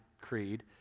creed